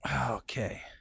Okay